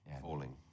falling